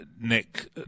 Nick